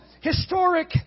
historic